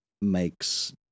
makes